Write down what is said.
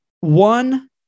one